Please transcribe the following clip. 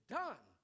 done